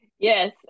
Yes